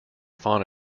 fauna